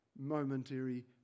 momentary